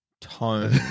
Tone